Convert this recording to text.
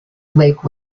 lake